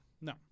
No